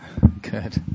Good